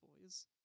Boys